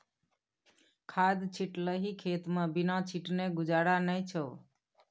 खाद छिटलही खेतमे बिना छीटने गुजारा नै छौ